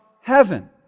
heaven